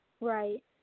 Right